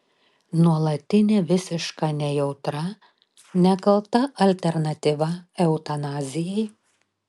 nuolatinė visiška nejautra nekalta alternatyva eutanazijai